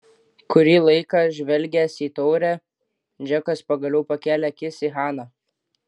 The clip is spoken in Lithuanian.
kurį laiką žvelgęs į taurę džekas pagaliau pakėlė akis į haną